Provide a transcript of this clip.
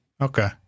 Okay